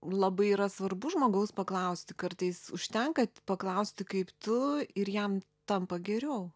labai yra svarbu žmogaus paklausti kartais užtenka paklausti kaip tu ir jam tampa geriau